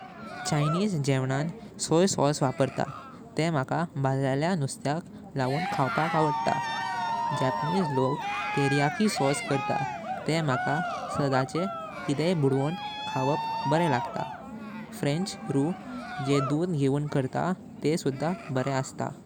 Chinese गेवनां soy sauce वापरता तेह मका बाजील्या नुस्त्याक लावून खावपक आवडता। जपानीज लोक टेरियाकी सॉस कर्ता, तेह मका सदाचें कितेक बुधवण खावपक बरे लागत। फ्रेंच रू जे दूध गेवन कर्ता तेह सुद्धां बरे अस्तात।